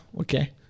okay